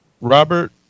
Robert